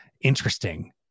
interesting